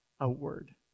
outward